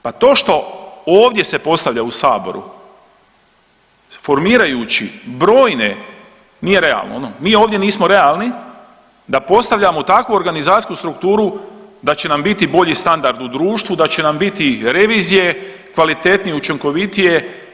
Pa to što ovdje se postavlja u saboru formirajući brojne, nije realno, mi ovdje nismo realni da postavljamo takvu organizacijsku strukturu da će nam bili bolji standard u društvu, da će nam biti revizije kvalitetnije, učinkovitije.